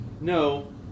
No